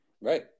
Right